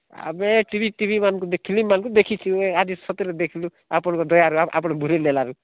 ଆମେ ଟିଭି ମାନଙ୍କୁ ଦେଖିଛୁ ଫିଲ୍ମମାନଙ୍କୁ ଦେଖିଛୁ ଆଜି ସତରେ ଦେଖିଲୁ ଆପଣଙ୍କ ଦୟାରୁ ଆପଣ ବୁଲାଇ ନେବାରୁ